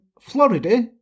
Florida